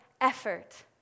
effort